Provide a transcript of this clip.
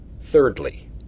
Thirdly